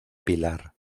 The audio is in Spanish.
pilar